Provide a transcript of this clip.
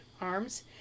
arms